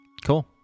Cool